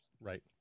Right